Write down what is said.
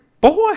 boy